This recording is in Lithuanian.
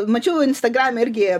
mačiau instagrame irgi